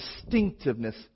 distinctiveness